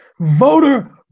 Voter